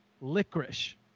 licorice